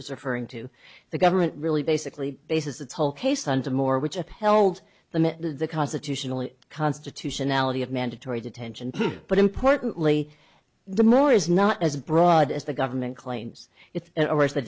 is occurring to the government really basically bases its whole case on to more which upheld the constitutionally constitutionality of mandatory detention but importantly the more is not as broad as the government claims it or